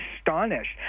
astonished